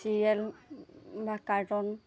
serial বা cartoon